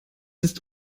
ist